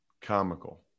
Comical